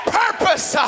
purpose